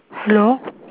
hello